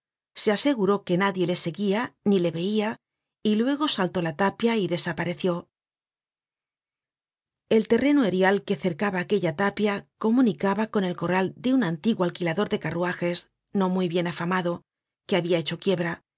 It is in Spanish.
se aseguró que nadie le seguia ni le veia y luego saltó la tapia y desapareció content from google book search generated at el terreno erial que cercaba aquella tapia comunicaba con el corral de un antiguo alquilador de carruajes no muy bien afamado que habia hecho quiebra